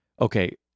okay